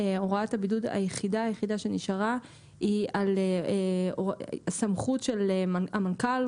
הוראת הבידוד היחידה שנשארה היא של סמכות המנכ"ל,